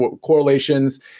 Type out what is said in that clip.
correlations